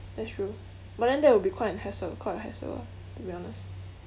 that's true but then that would be quite an hassle quite a hassle ah to be honest